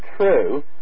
true